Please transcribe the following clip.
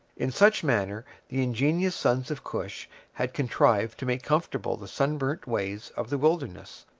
in such manner the ingenious sons of cush had contrived to make comfortable the sunburnt ways of the wilderness,